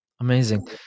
amazing